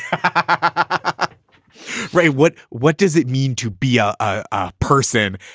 ah ray, what what does it mean to be ah a person?